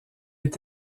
est